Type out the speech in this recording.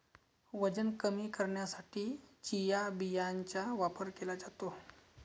वजन कमी करण्यासाठी चिया बियांचा वापर केला जातो